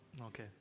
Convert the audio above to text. Okay